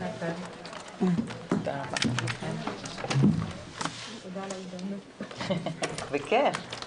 11:05.